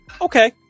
Okay